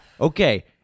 Okay